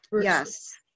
Yes